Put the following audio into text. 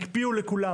הקפיאו לכולם,